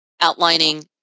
outlining